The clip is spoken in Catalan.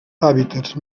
hàbitats